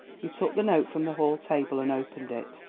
he took the note from the hall table and opened it.